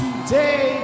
Today